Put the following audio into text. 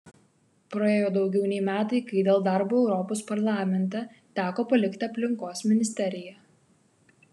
praėjo daugiau nei metai kai dėl darbo europos parlamente teko palikti aplinkos ministeriją